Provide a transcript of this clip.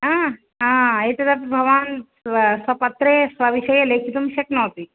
आ एतदपि भवान् स्वपत्रे स्वविषये लेखितुं शक्नोति